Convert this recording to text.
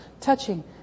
touching